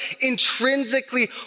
intrinsically